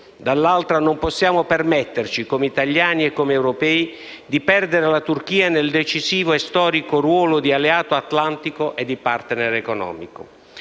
turco. Non possiamo, però, permetterci, come italiani e come europei, di perdere la Turchia nel decisivo e storico ruolo di alleato atlantico e di *partner* economico.